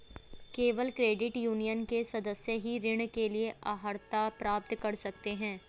केवल credit union के सदस्य ही ऋण के लिए अर्हता प्राप्त कर सकते हैं